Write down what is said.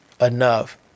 enough